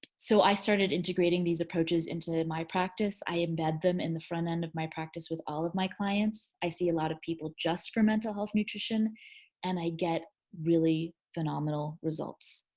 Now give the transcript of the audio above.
so i started integrating these approaches into my practice. i embed them in the front end of my practice with all of my clients. i see a lot of people just for mental health nutrition and i get really phenomenal results.